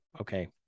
okay